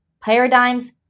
Paradigms